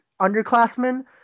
underclassmen